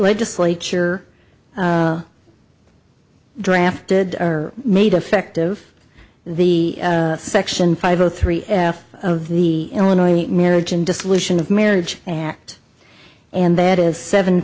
legislature drafted are made effective the section five zero three f of the illinois marriage and dissolution of marriage act and that is seven